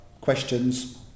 questions